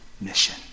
mission